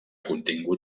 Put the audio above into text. contingut